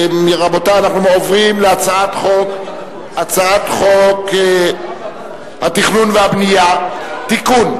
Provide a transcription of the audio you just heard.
אני קובע שהצעת חוק ביטוח בריאות ממלכתי (תיקון,